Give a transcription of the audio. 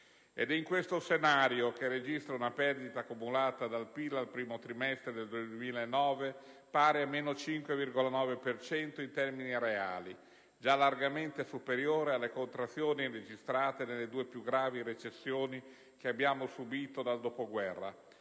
In questo scenario, che registra una perdita cumulata del PIL al primo trimestre del 2009 pari a meno 5,9 per cento in termini reali, già largamente superiore alle contrazioni registrate nelle due più gravi recessioni che abbiamo subito dal dopoguerra